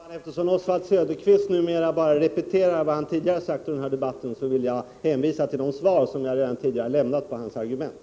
Fru talman! Eftersom Oswald Söderqvist numera bara repeterar vad han tidigare har sagt i den här debatten, nöjer jag mig med att hänvisa till mina förut lämnade svar på hans argument.